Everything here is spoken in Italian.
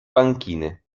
banchine